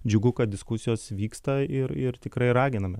džiugu kad diskusijos vyksta ir ir tikrai raginame